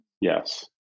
Yes